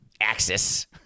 Axis